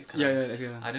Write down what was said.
ya ya ya